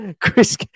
Chris